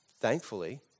Thankfully